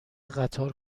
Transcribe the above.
قطار